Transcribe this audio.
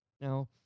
Now